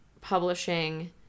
publishing